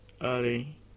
early